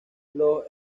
los